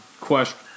question